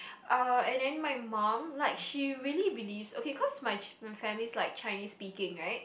uh and then my mum like she really believes okay cause my ch~ family's like Chinese speaking right